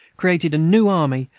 created a new army,